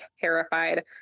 terrified